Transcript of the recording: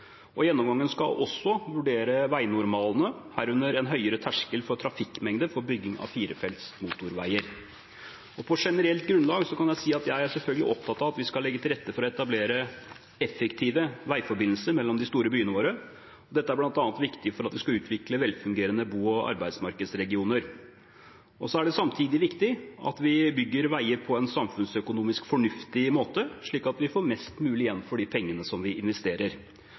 Gjennomgangen skal også vurdere veinormalene, herunder en høyere terskel for trafikkmengde for bygging av firefelts motorveier. På generelt grunnlag kan jeg si at jeg selvfølgelig er opptatt av at vi skal legge til rette for å etablere effektive veiforbindelser mellom de store byene våre. Dette er bl.a. viktig for at vi skal utvikle velfungerende bo- og arbeidsmarkedsregioner. Samtidig er det viktig at vi bygger veier på en samfunnsøkonomisk fornuftig måte, slik at vi får mest mulig igjen for de pengene som vi investerer.